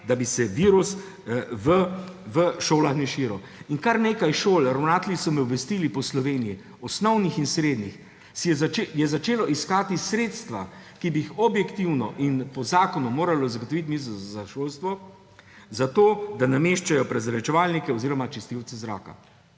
da bi se virus v šolah ne širil. In kar nekaj šol, ravnatelji so me obvestili po Sloveniji, osnovnih in srednjih, je začelo iskati sredstva, ki bi jih objektivno in po zakonu moralo zagotoviti Ministrstvo za šolstvo, zato da nameščajo prezračevalnike oziroma čistilce zraka.